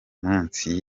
munsi